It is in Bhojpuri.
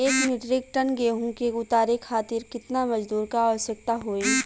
एक मिट्रीक टन गेहूँ के उतारे खातीर कितना मजदूर क आवश्यकता होई?